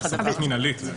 החלטה מינהלית.